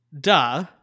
duh